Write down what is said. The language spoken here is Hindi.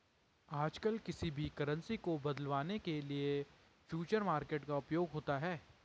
आजकल किसी भी करन्सी को बदलवाने के लिये फ्यूचर मार्केट का उपयोग होता है